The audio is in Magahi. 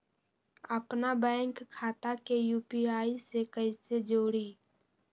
अपना बैंक खाता के यू.पी.आई से कईसे जोड़ी?